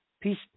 peace